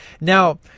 Now